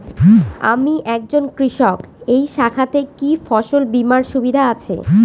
আমি একজন কৃষক এই শাখাতে কি ফসল বীমার সুবিধা আছে?